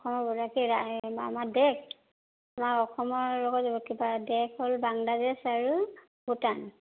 অ' অসমৰ বৰ্ডাৰকেইটা আমাৰ দেশ আমাৰ অসমৰ লগত য কিবা দেশ হ'ল বাংলাদেশ আৰু ভূটান